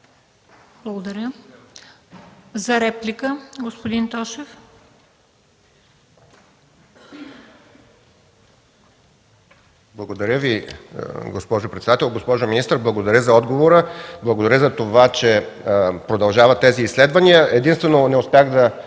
Благодаря. За реплика – господин Тошев. ЛЪЧЕЗАР ТОШЕВ (СК): Благодаря Ви, госпожо председател. Госпожо министър, благодаря за отговора, благодаря за това, че продължават тези изследвания. Единствено не успях да